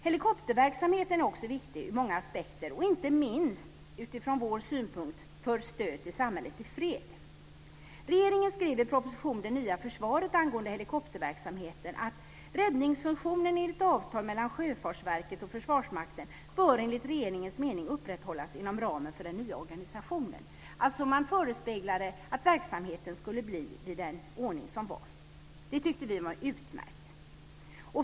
Helikopterverksamheten är också viktig ur många aspekter, inte minst som stöd för samhället i fred. Försvarsmakten bör enligt regeringens mening upprätthållas inom ramen för den nya organisationen." Man förespeglade alltså att verksamheten skulle fortsätta med den ordning som var. Det tyckte vi var utmärkt.